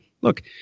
look